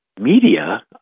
media